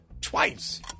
twice